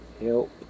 help